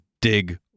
dig